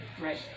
Right